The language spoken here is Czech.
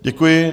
Děkuji.